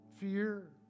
fear